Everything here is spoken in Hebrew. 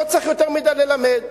לא צריך יותר מדי ללמד.